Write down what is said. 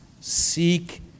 seek